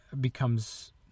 becomes